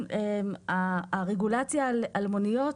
(3)המפקח הארצי על התעבורה,